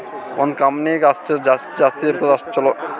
ಒಂದ್ ಕಂಪನಿಗ್ ಅಸೆಟ್ಸ್ ಎಷ್ಟ ಜಾಸ್ತಿ ಇರ್ತುದ್ ಅಷ್ಟ ಛಲೋ